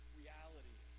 reality